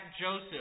Joseph